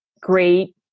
great